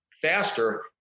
faster